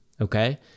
okay